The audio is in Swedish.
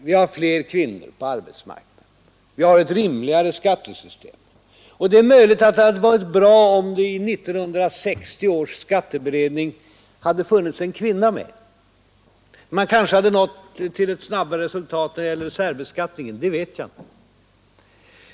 Vi har fler kvinnor på arbetsmarknaden nu, och vi har ett rimligt skattesystem, och det är möjligt att det hade varit bra om det hade funnits en kvinna med i 1960 års skatteberedning. Man kanske hade uppnått ett snabbare resultat när det gäller särbeskattningen.